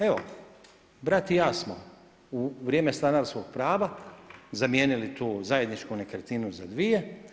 Evo, brat i ja smo u vrijeme stanarskog prava zamijenili tu zajedničku nekretninu za dvije.